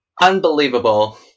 Unbelievable